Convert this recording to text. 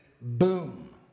boom